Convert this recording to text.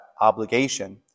obligation